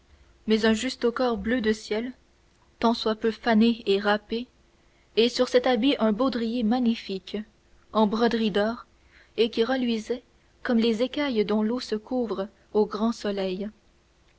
mais un justaucorps bleu de ciel tant soit peu fané et râpé et sur cet habit un baudrier magnifique en broderies d'or et qui reluisait comme les écailles dont l'eau se couvre au grand soleil